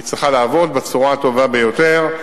היא צריכה לעבוד בצורה הטובה ביותר.